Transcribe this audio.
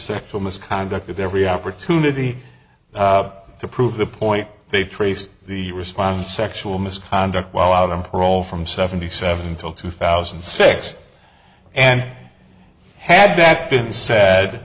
sexual misconduct at every opportunity to prove the point they trace the response sexual misconduct while out on parole from seventy seven until two thousand and six and had that been said